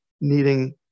needing